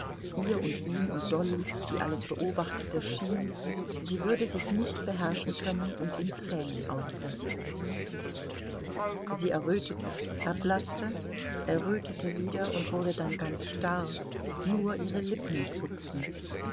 ihr und ihm und dolly die alles beobachtete schien sie würde sich nicht beherrschen können und in tränen ausbrechen sie errötete erblaßte errötete wieder und wurde dann ganz starr nur ihre lippen zuckten